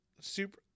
Super